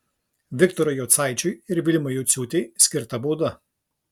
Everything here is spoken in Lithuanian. viktorui jocaičiui ir vilmai juciūtei skirta bauda